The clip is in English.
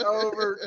over